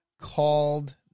called